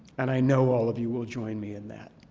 and i know all of you will join me in that.